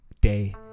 day